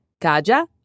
Kaja